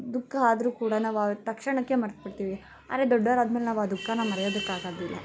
ದುಃಖ ಆದರೂ ಕೂಡ ನಾವು ಆ ತಕ್ಷಣಕ್ಕೆ ಮರೆತ್ಬಿಡ್ತೀವಿ ಆದ್ರೆ ದೊಡ್ಡವ್ರಾದ್ಮೇಲೆ ನಾವು ಆ ದುಃಖನ ಮರೆಯೋದಕ್ಕಾಗೋದಿಲ್ಲ